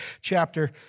chapter